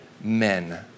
men